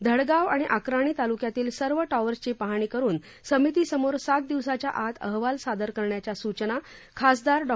धडगाव आणि अक्राणी तालुक्यातील सर्व टॅवरची पाहणी करुन समितीसमोर सात दिवसाच्या आत अहवाल सादर करण्याच्या सूचना खासदार डॉ